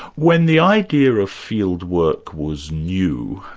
when the idea of field work was new,